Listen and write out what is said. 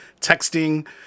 texting